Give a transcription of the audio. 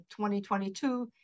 2022